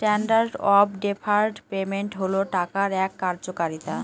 standard of deferred payment হল টাকার এক কার্যকারিতা